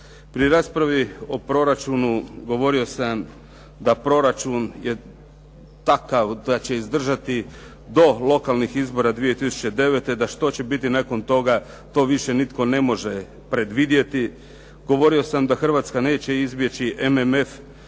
Pri raspravi o proračunu, govorio sam da proračun je takav da će izdržati do lokalnih izbora 2009. da što će biti nakon toga, to više nitko ne može predvidjeti. Govorio sam da Hrvatska neće izbjeći MMF,